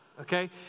okay